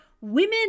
women